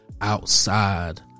Outside